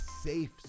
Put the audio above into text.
safe